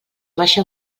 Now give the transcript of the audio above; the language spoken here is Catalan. baixa